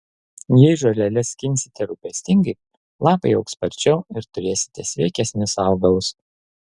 jei žoleles skinsite rūpestingai lapai augs sparčiau ir turėsite sveikesnius augalus